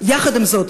עם זאת,